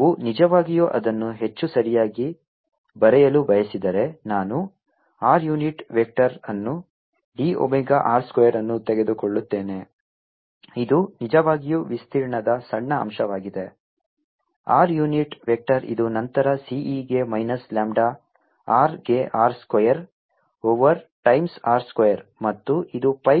ನೀವು ನಿಜವಾಗಿಯೂ ಅದನ್ನು ಹೆಚ್ಚು ಸರಿಯಾಗಿ ಬರೆಯಲು ಬಯಸಿದರೆ ನಾನು r ಯೂನಿಟ್ ವೆಕ್ಟರ್ ಅನ್ನು d omega r ಸ್ಕ್ವೇರ್ ಅನ್ನು ತೆಗೆದುಕೊಳ್ಳುತ್ತೇನೆ ಇದು ನಿಜವಾಗಿಯೂ ವಿಸ್ತೀರ್ಣದ ಸಣ್ಣ ಅಂಶವಾಗಿದೆ r ಯುನಿಟ್ ವೆಕ್ಟರ್ ಇದು ನಂತರ C e ಗೆ ಮೈನಸ್ ಲ್ಯಾಂಬ್ಡಾ r ಗೆ r square over times r square ಮತ್ತು ಇದು pi